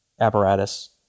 apparatus